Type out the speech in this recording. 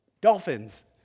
dolphins